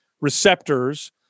receptors